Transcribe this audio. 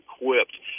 equipped